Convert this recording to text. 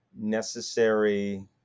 necessary